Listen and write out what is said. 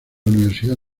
universidad